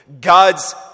God's